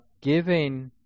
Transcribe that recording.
giving